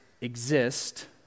exist